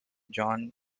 john